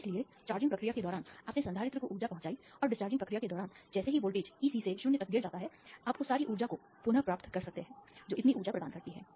इसलिए चार्जिंग प्रक्रिया के दौरान आपने संधारित्र को ऊर्जा पहुंचाई और डिस्चार्जिंग प्रक्रिया के दौरान जैसे ही वोल्टेज e C से 0 तक गिर जाता है आप उस सारी ऊर्जा को पुनर्प्राप्त कर सकते हैं जो इतनी ऊर्जा प्रदान करती है